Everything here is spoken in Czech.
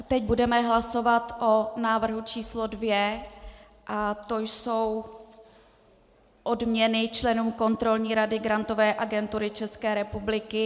Teď budeme hlasovat o návrhu číslo dvě a to jsou odměny členům Kontrolní rady Grantové agentury České republiky.